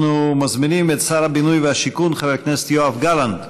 אנחנו מזמינים את שר הבינוי והשיכון חבר הכנסת יעקב גלנט